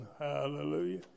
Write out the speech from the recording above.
Hallelujah